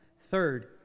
Third